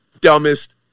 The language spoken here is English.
dumbest